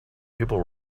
people